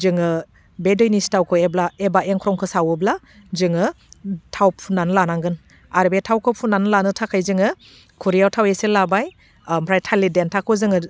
जोङो बे दैनि सिथावखौ एब्ला एबा एंख्रंखौ सावोब्ला जोङो थाव फुन्नानै लानांगोन ओरो बे थावखौ फुन्नानै लानो थाखाय जोङो खुरैयाव थाव एसे लाबाय आमफ्राय थालिर देन्थाखौ जोङो